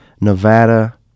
Nevada